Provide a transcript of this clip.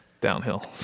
downhill